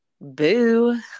Boo